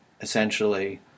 essentially